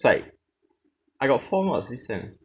it's like I got four mods this sem